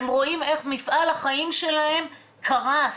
הם רואים איך מפעל החיים שלהם קרס.